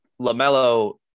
LaMelo